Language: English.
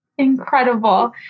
incredible